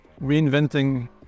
reinventing